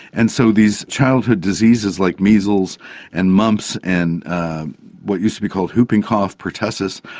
and so these childhood diseases like measles and mumps and what used to be called whooping cough, pertussis,